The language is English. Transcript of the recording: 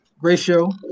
Ratio